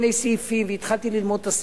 פטור ממס שבח.